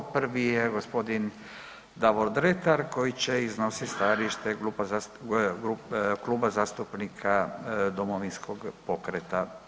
Prvi je gospodin Davor Dretar koji će iznositi stajalište Kluba zastupnika Domovinskog pokreta.